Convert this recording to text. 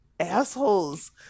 assholes